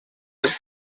els